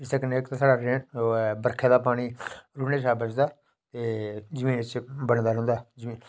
निक्के बच्चे बी डोगरी के बोलदे की के उंदे मां प्यो बी डोगरी बोलदे ते बच्चे बी डोगरी बोलदे ओह् स्कूलें दे बिच बी किश